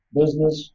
business